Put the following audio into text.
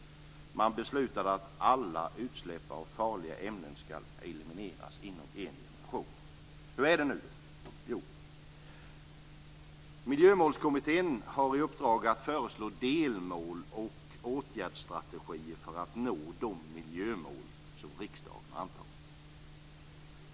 Man beslutade att alla utsläpp av farliga ämnen ska elimineras inom en generation. Hur är det nu? Miljömålskommittén har i uppdrag att föreslå delmål och åtgärdsstrategier för att nå de miljömål som riksdagen har antagit.